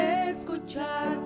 escuchar